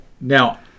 now